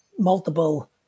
multiple